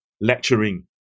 lecturing